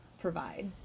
provide